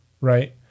right